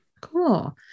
cool